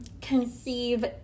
conceive